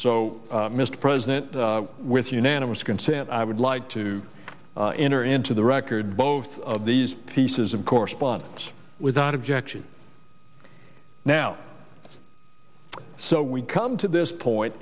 so mr president with unanimous consent i would like to enter into the record both of these pieces of correspondence without objection now so we come to this point